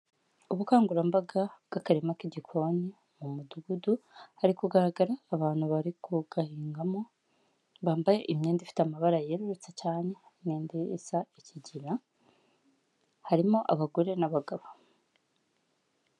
Ubukangurambaga bw'akarima k'igikoni mu mudugudu, hari kugaragara abantu bari kugahingamo, bambaye imyenda ifite amabara yerurutse cyane n'indi isa ikigira, harimo abagore n'abagabo.